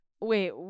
wait